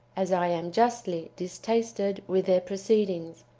as i am justly distasted with their proceedings.